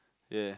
ya